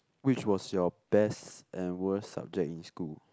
which was your best and worst subject in school